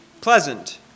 pleasant